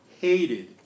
hated